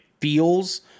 feels